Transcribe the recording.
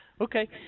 Okay